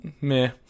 Meh